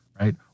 Right